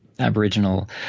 Aboriginal